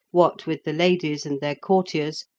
what with the ladies and their courtiers,